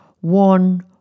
one